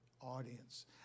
audience